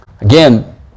Again